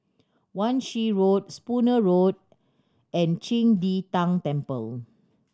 Wan Shih Road Spooner Road and Qing De Tang Temple